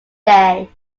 day